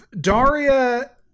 Daria